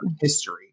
history